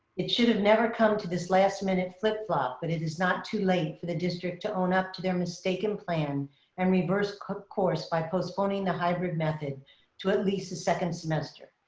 it should have never come to this last minute flip flop, but it is not too late for the district to own up to their mistaken plan and reverse course by postponing the hybrid method to at least the second semester.